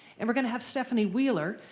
and we're going to have stephanie wheeler,